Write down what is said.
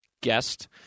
guest